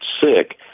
sick